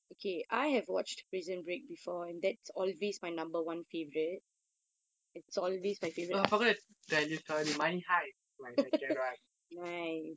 oh I forgot to tell you sorry money heist is my second one